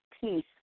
peace